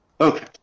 Okay